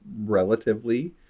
relatively